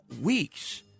weeks